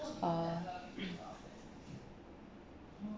uh